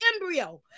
embryo